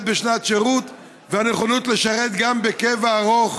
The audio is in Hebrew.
בשנת שירות לנכונות לשרת גם בקבע ארוך,